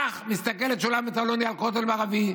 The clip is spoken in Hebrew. כך מסתכלת שולמית אלוני על הכותל המערבי,